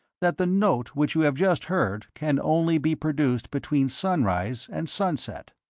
that the note which you have just heard can only be produced between sunrise and sunset?